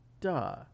duh